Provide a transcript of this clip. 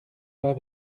pas